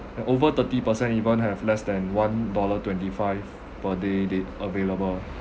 and over thirty percent even have less than one dollar twenty five per day day~ available